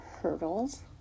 hurdles